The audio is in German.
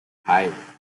hei